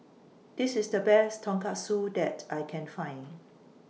This IS The Best Tonkatsu that I Can Find